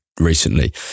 recently